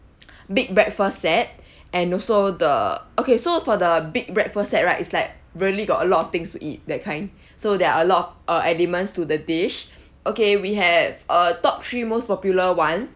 big breakfast set and also the okay so for the big breakfast set right it's like really got a lot of things to eat that kind so there are a lot of uh elements to the dish okay we have uh top three most popular one